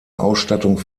ausstattung